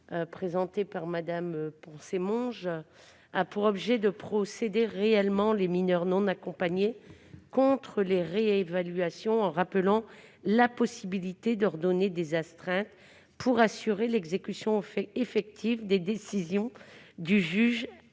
identique a donc pour objet de protéger réellement les mineurs non accompagnés contre les réévaluations en rappelant la possibilité d'ordonner des astreintes pour assurer l'exécution effective des décisions du juge